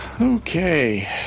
Okay